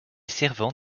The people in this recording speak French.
servant